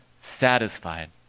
satisfied